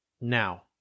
Now